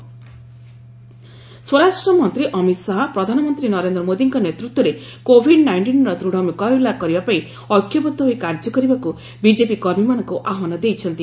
HM rally ସ୍ୱରାଷ୍ଟ୍ରମନ୍ତ୍ରୀ ଅମିତ ଶାହା ପ୍ରଧାନମନ୍ତ୍ରୀ ନରେନ୍ଦ୍ର ମୋଦୀଙ୍କ ନେତୃତ୍ୱରେ କୋଭିଡ୍ ନାଇଷ୍ଟିନ୍ର ଦୃଢ଼ ମୁକାବିଲା କରିବା ପାଇଁ ଐକ୍ୟବଦ୍ଧ ହୋଇ କାର୍ଯ୍ୟ କରିବାକୁ ବିଜେପି କର୍ମୀମାନଙ୍କୁ ଆହ୍ୱାନ ଦେଇଛନ୍ତି